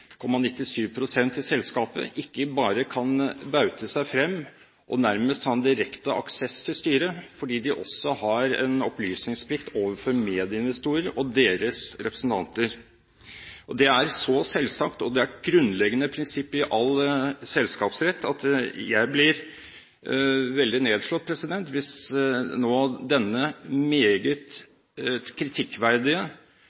selskapet – ikke bare kan baute seg frem og nærmest ha en direkte aksess til styret, fordi de også har en opplysningsplikt overfor medieinvestorer og deres representanter. Dette er så selvsagt – og et grunnleggende prinsipp i all selskapsrett – at jeg blir veldig nedslått hvis